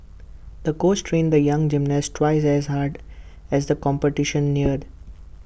the coach trained the young gymnast twice as hard as the competition neared